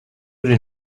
den